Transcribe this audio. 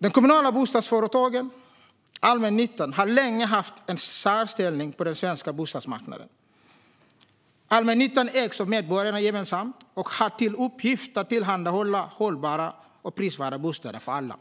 De kommunala bostadsföretagen, allmännyttan, har länge haft en särställning på den svenska bostadsmarknaden. Allmännyttan ägs av medborgarna gemensamt och har till uppgift att tillhandahålla hållbara och prisvärda bostäder för alla.